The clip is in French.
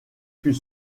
fut